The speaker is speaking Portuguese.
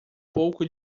pouco